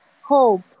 hope